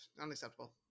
Unacceptable